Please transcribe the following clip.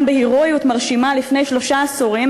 בהירואיות מרשימה לפני שלושה עשורים,